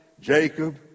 Jacob